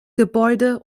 gebäude